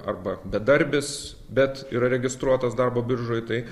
arba bedarbis bet yra registruotas darbo biržoj tai